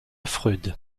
freud